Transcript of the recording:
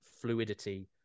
fluidity